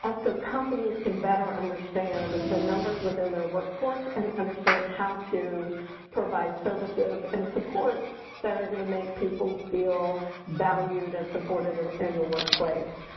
um so companies can better understand the numbers within their workforce and understand how to provide services and supports that are going to make people feel valued and supported and in the workplace.